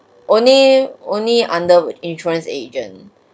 only only under would insurance agent